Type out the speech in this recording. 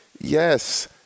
yes